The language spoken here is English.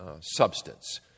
substance